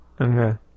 Okay